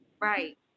Right